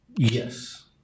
Yes